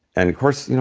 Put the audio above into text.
and course, you know,